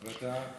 תודה.